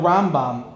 Rambam